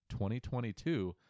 2022